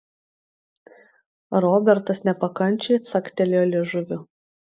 robertas nepakančiai caktelėjo liežuviu